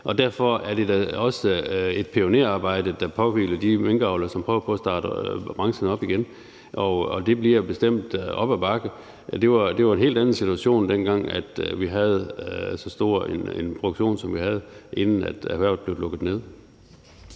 Derfor er det da også et pionerarbejde, der påhviler de minkavlere, som prøver på at starte branchen op igen, og det bliver bestemt op ad bakke. Det var en helt anden situation, dengang vi havde så stor en produktion, som vi havde, inden erhvervet blev lukket ned.